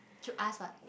should ask what